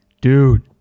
dude